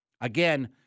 Again